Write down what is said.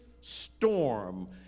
storm